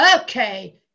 Okay